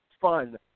fun